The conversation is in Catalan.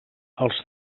els